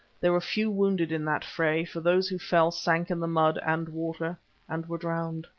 there were few wounded in that fray, for those who fell sank in the mud and water and were drowned.